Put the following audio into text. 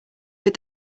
but